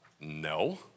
No